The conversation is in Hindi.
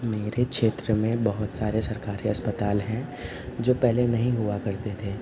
मेरे क्षेत्र में बहुत सारे सरकारी अस्पताल हैं जो पहले नहीं हुआ करते थे